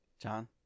John